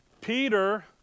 Peter